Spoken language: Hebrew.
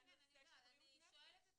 כן, אני יודעת.